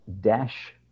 dash